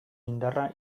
indarra